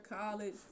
college